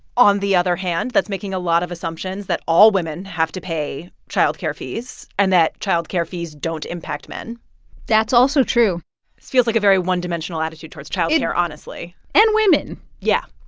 on the other hand, that's making a lot of assumptions that all women have to pay child care fees and that child care fees don't impact men that's also true it feels like a very one-dimensional attitude towards child care, honestly and women, yeah.